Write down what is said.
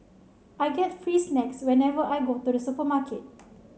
I get free snacks whenever I go to the supermarket